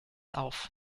auf